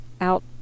out